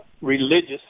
religious